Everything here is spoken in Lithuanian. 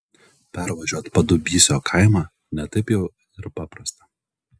pervažiuot padubysio kaimą ne taip jau ir paprasta